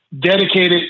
dedicated